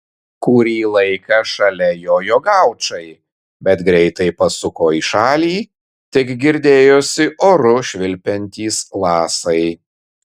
kurį laiką šalia jojo gaučai bet greitai pasuko į šalį tik girdėjosi oru švilpiantys lasai